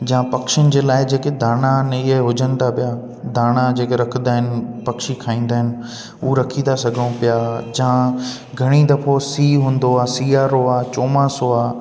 जाम पखियुनि जे लाइ जेकी दाना ने इहे हुजनि था पिया दाणा जेके रखंदा आहिनि पखी खाईंदा आहिनि उहो रखी था सघूं पिया जा घणी दफ़ो सीउ हूंदो आहे सीआरो आहे चोमासो आहे